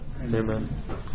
Amen